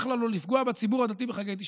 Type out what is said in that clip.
לה לא לפגוע בציבור הדתי בחגי תשרי?